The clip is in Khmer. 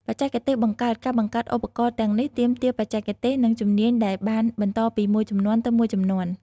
បច្ចេកទេសបង្កើត ការបង្កើតឧបករណ៍ទាំងនេះទាមទារបច្ចេកទេស និងជំនាញដែលបានបន្តពីមួយជំនាន់ទៅមួយជំនាន់។